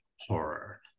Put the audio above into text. horror